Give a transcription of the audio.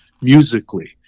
musically